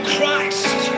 Christ